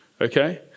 okay